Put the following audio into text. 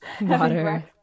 Water